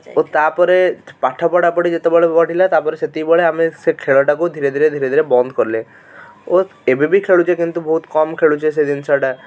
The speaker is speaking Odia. ଓ ତାପରେ ପାଠ ପଢ଼ାପଢ଼ି ଯେତେବେଳେ ବଢ଼ିଲା ତାପରେ ସେତିକିବେଳେ ଆମେ ସେ ଖେଳ ଟାକୁ ଧିରେ ଧିରେ ଧିରେ ଧିରେ ବନ୍ଦ କଲେ ଓ ଏବେ ବି ଖେଳୁଛେ କିନ୍ତୁ ବହୁତ କମ୍ ଖେଳୁଛେ ସେ ଜିନିଷ ଟା